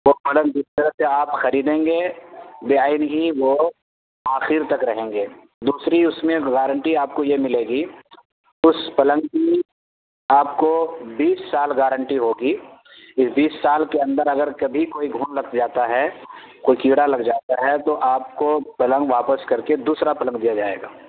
وہ پلنگ جس طرح سے آپ خریدیں گے وہ آخر تک رہیں گے دوسری اس میں گارنٹی آپ کو یہ ملے گی اس پلنگ کی آپ کو بیس سال گارنٹی ہوگی اس بیس سال کے اندر اگر کبھی کوئی گھن لگ جاتا ہے کوئی کیڑا لگ جاتا ہے تو آپ کو پلنگ واپس کر کے دوسرا پلنگ دیا جائے گا